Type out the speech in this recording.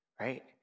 right